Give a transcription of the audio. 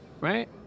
right